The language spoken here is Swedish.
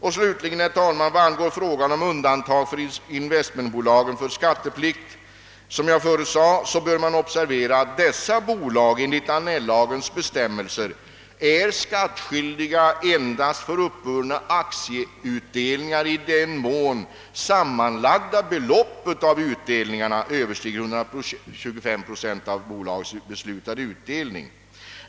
Vad slutligen beträffar frågan om undantag för investmentbolagen från skatteplikt bör man observera att dessa bolag enligt Annell-lagens bestämmelser är skattskyldiga endast för uppburna aktieutdelningar i den mån det sammanlagda beloppet av utdelningarna överstiger 25 procent av bolagets beslutade utdelning.